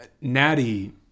Natty